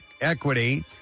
equity